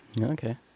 Okay